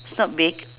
it's not big